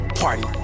party